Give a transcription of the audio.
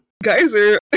Geyser